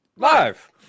Live